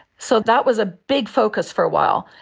so that was a big focus for a while.